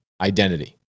identity